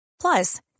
Plus